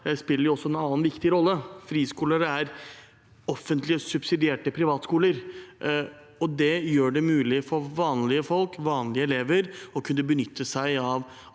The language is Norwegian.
spiller også en annen viktig rolle. Friskoler er offentlig subsidierte privatskoler, og det gjør det mulig for vanlige folk, vanlige elever, å kunne benytte seg av